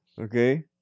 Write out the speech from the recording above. Okay